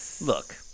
Look